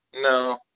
No